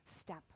step